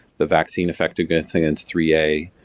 the vaccine effectiveness against three a